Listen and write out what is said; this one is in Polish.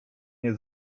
nie